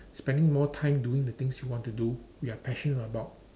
spending more time doing the things you want to do we are passionate about